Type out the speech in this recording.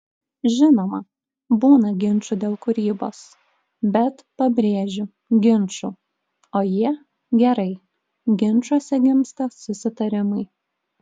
žinoma būna ginčų dėl kūrybos bet pabrėžiu ginčų o jie gerai ginčuose gimsta susitarimai